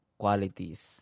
qualities